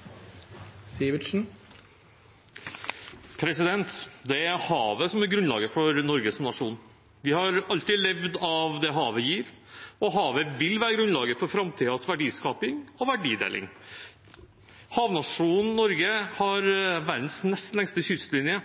å snu. Det er havet som er grunnlaget for Norge som nasjon. Vi har alltid levd av det havet gir, og havet vil være grunnlaget for framtidens verdiskaping og verdideling. Havnasjonen Norge har verdens nest lengste kystlinje.